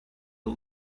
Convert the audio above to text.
the